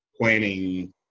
planning